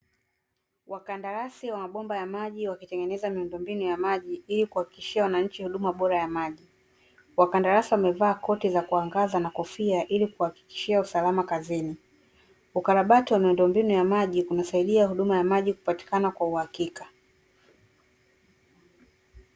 Wakandarasi wa mabomba ya maji wakitengeneza miundombinu ya maji ili kuwahakikishia wananchi huduma bora ya maji, wakandarasi wamevaa koti za kuangaza na kofia ili kuhakikisha usalama kazini, ukarabati wa miundombinu ya maji kunasaidia huduma ya maji kupatikana kwa uhakika.